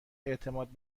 اعتماد